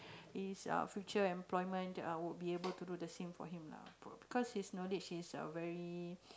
his uh future employment uh would be able to do the same for him lah because his knowledge is very